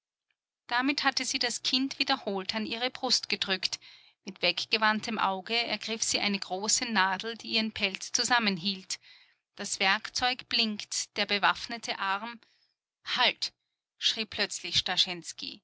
damit hatte sie das kind wiederholt an ihre brust gedrückt mit weggewandtem auge ergriff sie eine große nadel die ihren pelz zusammenhielt das werkzeug blinkt der bewaffnete arm halt schrie plötzlich